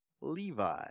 Levi